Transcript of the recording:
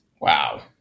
Wow